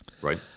Right